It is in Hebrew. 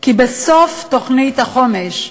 כי בסוף תוכנית החומש,